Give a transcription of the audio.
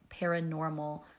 paranormal